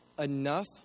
enough